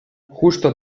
justo